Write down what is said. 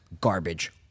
garbage